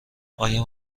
آیا